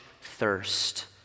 thirst